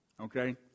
Okay